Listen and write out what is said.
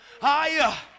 higher